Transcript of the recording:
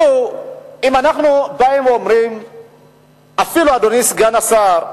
אדוני סגן השר,